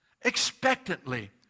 expectantly